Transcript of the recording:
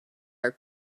our